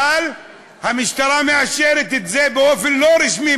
אבל המשטרה מאשרת את זה באופן לא רשמי,